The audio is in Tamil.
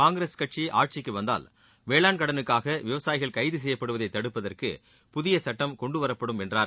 காய்கிரஸ் கட்சி ஆட்சிக்கு வந்தால் வேளாண் கடனுக்காக விவசாயிகள் கைது செய்யப்படுவதைத் தடுப்பதற்கு புதிய சுட்டம் கொண்டுவரப்படும் என்றார்